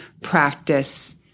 practice